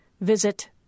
visit